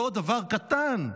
ועוד דבר קטן.